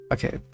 Okay